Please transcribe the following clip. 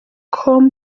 com